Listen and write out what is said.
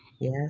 yes